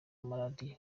amaradiyo